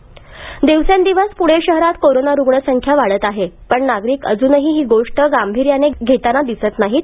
मारक दिवसेदिवस पुणे शहरात कोरोना रुग्ण संख्या वाढत आहे पण नागरिक अजून ही ही गोष्ट गंभीरतेने घेताना दिसत नाहीत